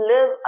live